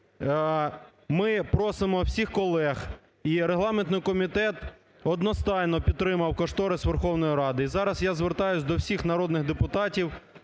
ми просимо всіх колег, і регламентний комітет одностайно підтримав кошторис Верховної Ради, і зараз я звертаюсь до всіх народних депутатів,